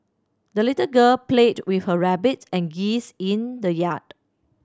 the little girl played with her rabbit and geese in the yard